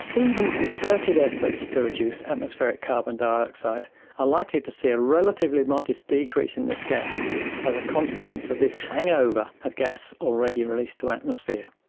even concerted efforts to reduce atmospheric carbon dioxide are likely to see a relatively modest decrease in this gas as a consequence of this hangover of gas already released to atmosphere.